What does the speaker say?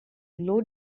low